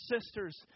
sisters